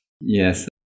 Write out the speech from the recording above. Yes